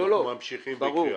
אנחנו ממשיכים מכאן.